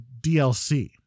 DLC